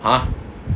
!huh!